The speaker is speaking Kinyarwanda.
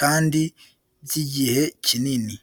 kandi by'ijyihe cyinini.